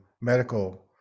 medical